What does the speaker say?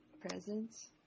Presents